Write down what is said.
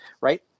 Right